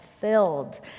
filled